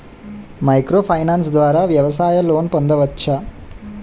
Micro finance ద్వారా వ్యవసాయ loan పొందవచ్చా?